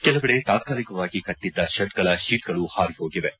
ಕೆಲವೆಡೆ ತಾತ್ಕಾಲಿಕವಾಗಿ ಕಟ್ಟಿದ್ದ ಶೆಡ್ಗಳ ಶೀಟ್ಗಳು ಪಾರಿ ಹೋಗಿವೆ